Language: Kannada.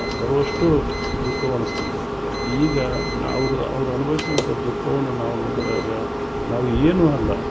ಬರುವಷ್ಟು ದುಃಖವನಸ್ತದೆ ಈಗ ನಾ ಅವ್ರು ಅವ್ರು ಅನ್ಬವಿಸಿದಂಥ ದುಃಖವನ್ನು ನಾವು ನೋಡಿದಾಗ ನಾವು ಏನು ಅಲ್ಲ